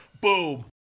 boom